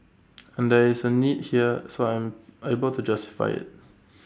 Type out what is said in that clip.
and there is A need here so I'm able to justify IT